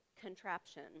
contraption